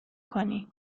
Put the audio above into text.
کنی